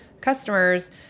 customers